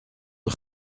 een